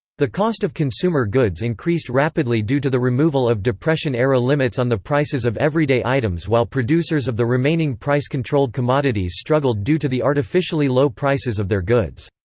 the cost of consumer goods increased rapidly due to the removal of depression-era limits on the prices of everyday items while producers of the remaining price-controlled commodities struggled due to the artificially low prices of their goods.